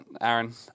Aaron